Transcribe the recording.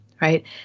right